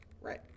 Right